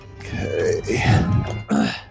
Okay